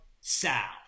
Sal